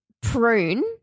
prune